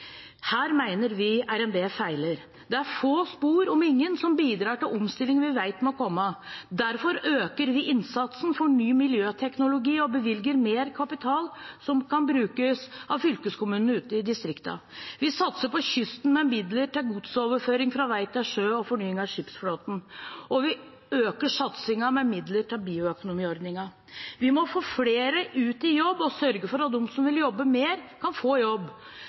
Her mener vi at RNB feiler. Det er få, om noen, spor som bidrar til omstillingen vi vet må komme. Derfor øker vi innsatsen for ny miljøteknologi og bevilger mer kapital som kan brukes av fylkeskommunene ute i distriktene. Vi satser på kysten, med midler til godsoverføring fra vei til sjø og fornying av skipsflåten, og vi øker satsingen med midler til bioøkonomiordningen. Vi må få flere ut i jobb og sørge for at de som vil jobbe mer, kan få jobb.